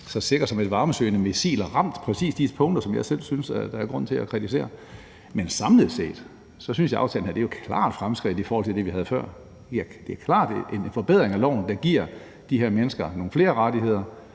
så sikkert som et varmesøgende missil ramt præcis de punkter, som jeg selv synes der er grund til at kritisere. Men samlet set synes jeg, at aftalen her er et klart fremskridt i forhold til det, vi havde før. Det er klart en forbedring af loven, der giver de her mennesker nogle flere rettigheder,